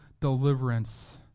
deliverance